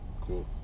Cool